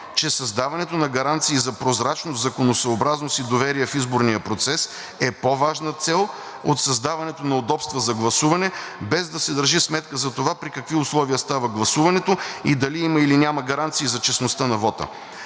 че създаването на гаранции за прозрачност, законосъобразност и доверие в изборния процес е по-важна цел от създаването на удобства за гласуване, без да се държи сметка за това при какви условия става гласуването и дали има, или няма гаранции за честността на вота.